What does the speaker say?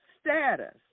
status